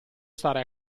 stare